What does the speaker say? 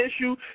issue